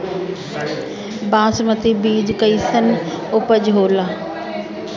बासमती बीज कईसन उपज होला?